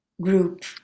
group